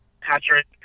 Patrick